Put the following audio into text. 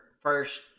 first